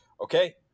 okay